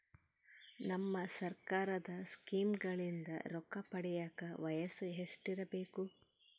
ನಮ್ಮ ಸರ್ಕಾರದ ಸ್ಕೀಮ್ಗಳಿಂದ ರೊಕ್ಕ ಪಡಿಯಕ ವಯಸ್ಸು ಎಷ್ಟಿರಬೇಕು?